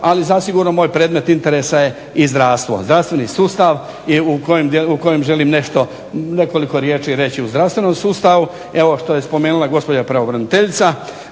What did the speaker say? Ali zasigurno je moj predmet interesa je zdravstvo, zdravstveni sustav u kojem želim nekoliko riječi reći o zdravstvenom sustavu. Evo što je spomenula gospođa pravobraniteljica,